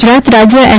ગુજરાત રાજ્ય એન